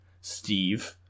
steve